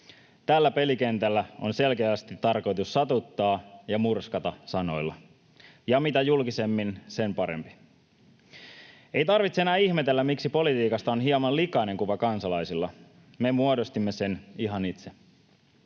Tällä pelikentällä on selkeästi tarkoitus satuttaa ja murskata sanoilla ja mitä julkisemmin, sen parempi. Ei tarvitse enää ihmetellä, miksi politiikasta on hieman likainen kuva kansalaisilla. Me muodostimme sen ihan itse.